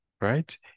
right